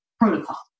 protocol